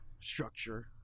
structure